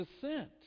descent